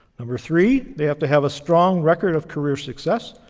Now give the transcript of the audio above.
number three, they have to have a strong record of career success.